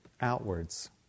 outwards